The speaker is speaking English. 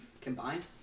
Combined